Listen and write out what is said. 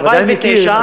אתה ודאי מכיר.